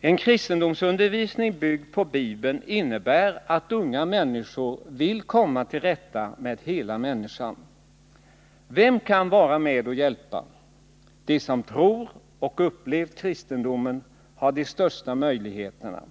En kristendomsundervisning byggd på Bibeln innebär att unga människor vill komma till rätta med hela människan. Vem kan vara med och hjälpa? De som tror och har upplevt kristendomen har de största möjligheterna.